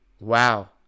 Wow